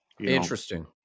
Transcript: Interesting